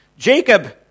Jacob